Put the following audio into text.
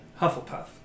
Hufflepuff